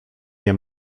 nie